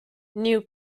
new